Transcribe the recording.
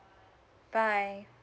bye